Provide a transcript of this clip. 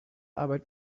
arbeit